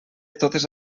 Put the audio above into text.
totes